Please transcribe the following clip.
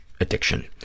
addiction